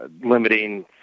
limiting